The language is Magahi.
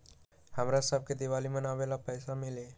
हमरा शव के दिवाली मनावेला पैसा मिली?